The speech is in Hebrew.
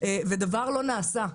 ודבר לא נעשה.